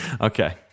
Okay